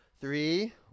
Three